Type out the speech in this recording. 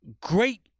great